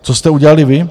Co jste udělali vy?